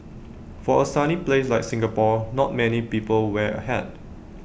for A sunny place like Singapore not many people wear A hat